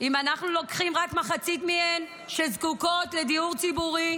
אם אנחנו לוקחים רק מחצית מהן שזקוקות לדיור ציבורי,